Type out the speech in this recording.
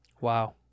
Wow